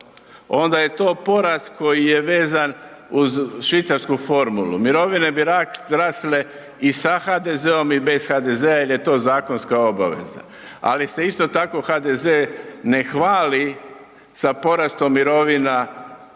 onda je to porast koji je vezan uz švicarsku formulu, mirovine bi rasle i sa HDZ-om i bez HDZ-a jel je to zakonska obaveza. Ali se isto tako HDZ ne hvali sa porastom mirovina u